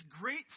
great